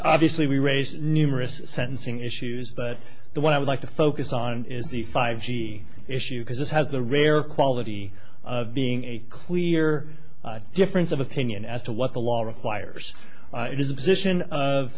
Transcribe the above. obviously raised numerous sentencing issues but the one i would like to focus on is the five g issue because it has a rare quality of being a clear difference of opinion as to what the law requires it is a position of